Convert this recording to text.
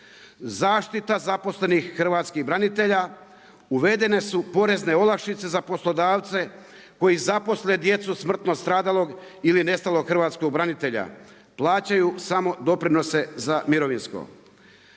Zaštita zaposlenih hrvatskih branitelja, uvedene su porezne olakšice za poslodavce koji zaposle djecu smrtno stradalog ili nestalog hrvatskog branitelja, plaćaju samo doprinose za mirovinsko.